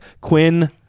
Quinn